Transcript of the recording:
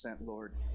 Lord